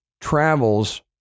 travels